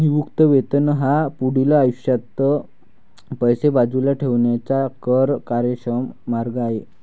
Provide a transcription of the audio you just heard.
निवृत्ती वेतन हा पुढील आयुष्यात पैसे बाजूला ठेवण्याचा कर कार्यक्षम मार्ग आहे